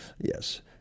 Yes